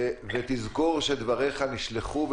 ותזכור שדבריך נשלחו,